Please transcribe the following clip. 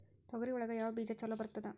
ತೊಗರಿ ಒಳಗ ಯಾವ ಬೇಜ ಛಲೋ ಬರ್ತದ?